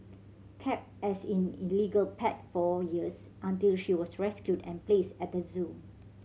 kept as in illegal pet for years until she was rescued and placed at the zoo